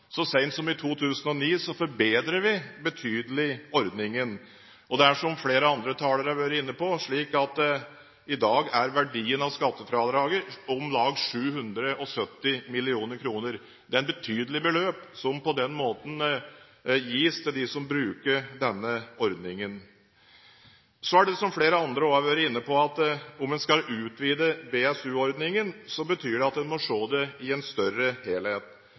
Så sent som i 2009 forbedret vi ordningen betydelig. Det er slik, som flere andre talere har vært inne på, at i dag er verdien av skattefradraget på om lag 770 mill. kr. Det er et betydelig beløp som på den måten gis til dem som bruker denne ordningen. Så er det slik, som flere andre har vært inne på, at om en skal utvide BSU-ordningen, betyr det at en må se det i en større helhet.